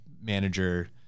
manager